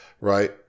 right